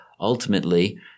ultimately